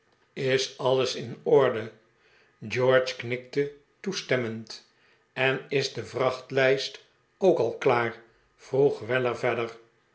is alles in orde george knikte toestemmend en is de vrachtlijst ook al klaar vroeg weller verder